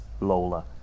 Lola